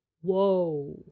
Whoa